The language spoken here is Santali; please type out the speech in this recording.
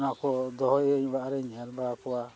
ᱚᱱᱟ ᱠᱚ ᱫᱚᱦᱚᱭᱟᱹᱧ ᱚᱲᱟᱜᱨᱮᱧ ᱧᱮᱞ ᱵᱟᱲᱟ ᱠᱚᱣᱟ